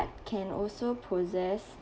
can also possess